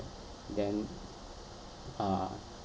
then uh